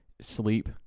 Sleep